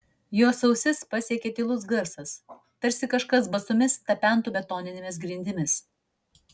jos ausis pasiekė tylus garsas tarsi kažkas basomis tapentų betoninėmis grindimis